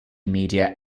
media